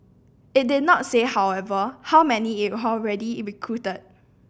it did not say however how many it had already recruited